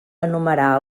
enumerar